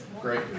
Great